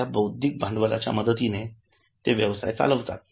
आपल्या बौद्धिक भांडवलाच्या मदतीने ते व्यवसाय चालवितात